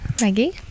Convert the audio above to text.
Maggie